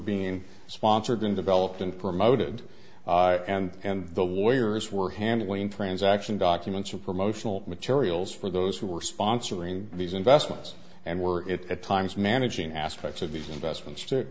being sponsored and developed and promoted and and the warriors were handling transaction documents or promotional materials for those who were sponsoring these investments and were at times managing aspects of these investments